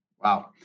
Wow